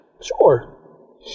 sure